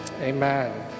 Amen